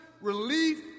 relief